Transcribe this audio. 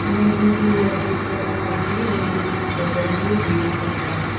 मेरी प्रियसीका लागि रोमान्टिक भोजन के हुनु सक्ला